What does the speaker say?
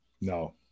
No